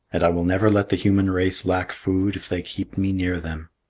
and i will never let the human race lack food if they keep me near them.